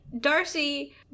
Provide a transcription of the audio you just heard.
Darcy